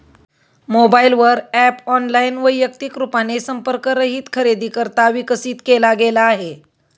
mobile वर app online, वैयक्तिक रूपाने संपर्क रहित खरेदीकरिता विकसित केला गेला आहे